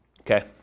Okay